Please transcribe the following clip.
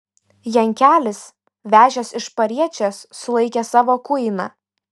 jankelis vežęs iš pariečės sulaikė savo kuiną